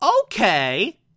okay